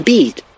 Beat